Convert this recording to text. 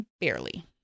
barely